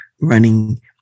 running